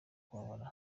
kubabara